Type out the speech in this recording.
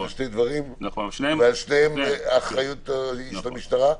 אלה שני דברים ועל שניהם האחריות היא של המשטרה?